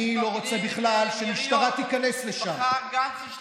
מחר גנץ ישלח את חיל האוויר לשם.